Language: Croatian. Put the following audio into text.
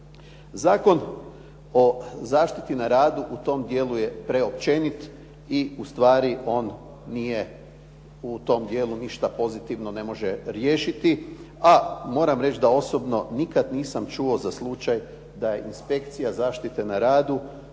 Zakon o zaštiti na radu u tom dijelu je preopćenit i ustvari on nije u tom dijelu ništa pozitivno ne može riješiti a moram reći da osobno nikad nisam čuo za slučaj da je inspekcija zaštite na radu